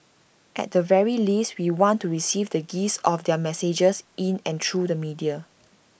at the very least we want to receive the gist of their messages in and through the media